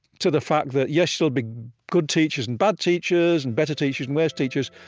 to the fact that, yes, there'll be good teachers and bad teachers and better teachers and worse teachers,